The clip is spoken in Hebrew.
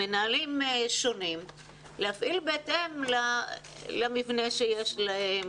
למנהלים שונים להפעיל בהתאם למבנה שיש להם